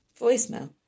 Voicemail